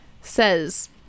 says